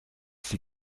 sie